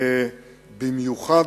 במיוחד,